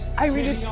i read it. yeah